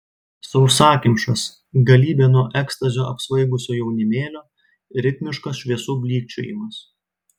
sausakimšas galybė nuo ekstazio apsvaigusio jaunimėlio ritmiškas šviesų blykčiojimas